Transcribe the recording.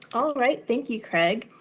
all right. thank you, craig.